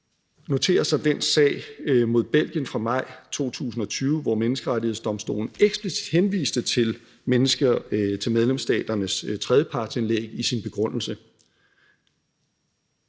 notere sig den sag mod Belgien fra maj 2020, hvor Menneskerettighedsdomstolen eksplicit henviste til medlemsstaternes tredjepartsindlæg i sin begrundelse.